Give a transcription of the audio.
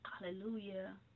hallelujah